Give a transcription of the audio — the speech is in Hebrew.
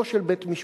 או של בית-משפט,